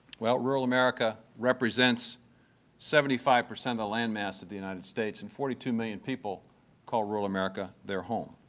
well, rural america represents seventy five percent of the land mass of the united states, and forty two million people call rural america their home.